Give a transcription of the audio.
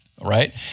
right